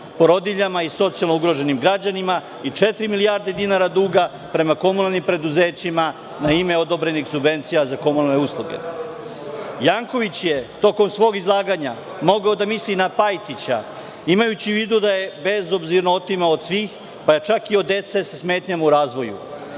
porodiljama i socijalno ugroženim građanima i četiri milijarde dinara duga prema komunalnim preduzećima na ime odobrenih subvencija za komunalne usluge. Janković je tokom svog izlaganja mogao da misli na Pajtića, imajući u vidu da je bezobzirno otimao od svih, pa čak i od dece sa smetnjama u razvoju.